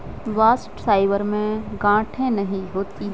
bast fibre में गांठे नहीं होती है